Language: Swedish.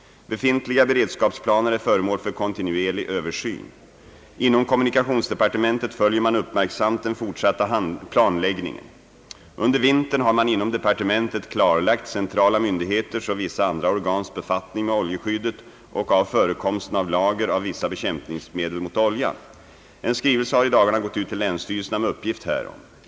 Befintliga beredskapsplaner är föremål för kontinuerlig översyn. Inom kommunikationsdepartementet föl jer man uppmärksamt den fortsatta planläggningen. Under vintern har man inom departementet kartlagt centrala myndigheters och vissa andra organs befattning med oljeskyddet och av förekomsten av lager av vissa bekämpningsmedel mot olja. En skrivelse har i dagarna gått ut till länsstyrelserna med uppgift härom.